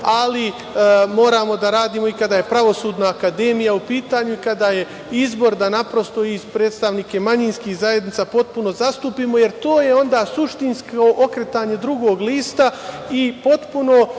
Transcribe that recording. ali moramo da radimo i kada je Pravosudna akademija u pitanju i kada je izbor da naprosto i predstavnike manjinskih zajednica potpuno zastupimo, jer to je onda suštinsko okretanje drugog lista i potpuno